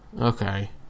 okay